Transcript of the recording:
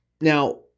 now